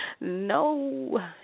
No